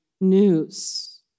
news